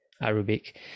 Arabic